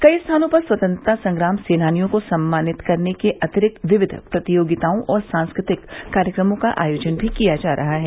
कई स्थानों पर स्वतंत्रता संग्राम सेनानियों को सम्मानित करने के अतिरिक्त विविध प्रतियोगिताओं और सांस्कृतिक कार्यक्रमों का आयोजन भी किया जा रहा है